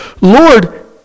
Lord